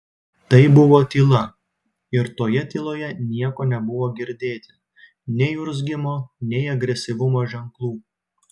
tai buvo tyla ir toje tyloje nieko nebuvo girdėti nei urzgimo nei agresyvumo ženklų